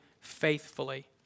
faithfully